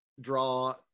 draw